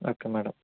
okay madam